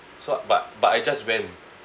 so but but I just went